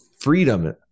freedom